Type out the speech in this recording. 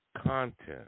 content